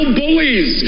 bullies